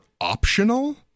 optional